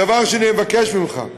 הדבר שאני מבקש ממך הוא